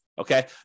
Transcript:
Okay